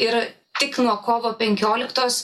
ir tik nuo kovo penkioliktos